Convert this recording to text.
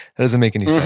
doesn't make any sense